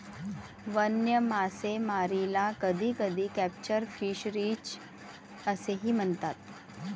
वन्य मासेमारीला कधीकधी कॅप्चर फिशरीज असेही म्हणतात